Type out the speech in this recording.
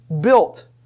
built